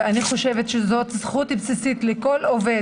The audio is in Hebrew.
ואני חושבת שזאת זכות בסיסית לכל עובד